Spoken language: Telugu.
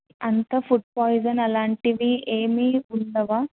అంతా ఫుడ్ పాయిజన్ అలాంటివి ఏమీ ఉండవా